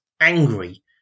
angry